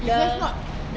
because not